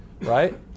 right